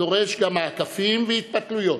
הדורש גם מעקפים והתפתלויות,